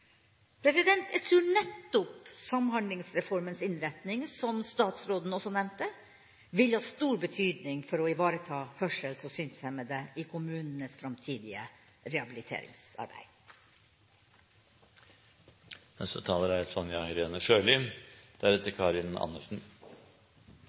Jeg tror nettopp Samhandlingsreformens innretning, som statsråden også nevnte, vil ha stor betydning for å ivareta hørsels- og synshemmede i kommunenes framtidige rehabiliteringsarbeid. Jeg synes innleggene så langt har vist at det er